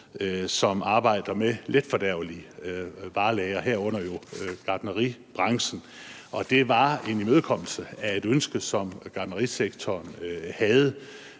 som arbejder med letfordærvelige varelagre, herunder gartneribranchen. Og det var en imødekommelse af et ønske, som gartnerisektoren havde.